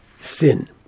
sin